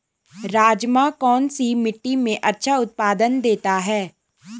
राजमा कौन सी मिट्टी में अच्छा उत्पादन देता है?